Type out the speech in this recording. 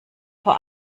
vor